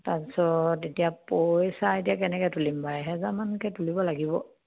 তাৰপিছত এতিয়া পইচা এতিয়া কেনেকে তুলিম বা এহেজাৰ মানকে তুলিব লাগিব